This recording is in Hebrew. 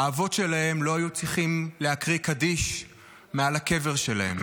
האבות שלהם לא היו צריכים להקריא קדיש מעל הקבר שלהם.